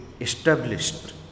established